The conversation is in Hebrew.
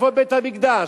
איפה בית-המקדש?